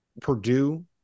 Purdue